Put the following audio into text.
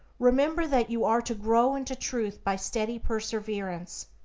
remember that you are to grow into truth by steady perseverance.